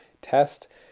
test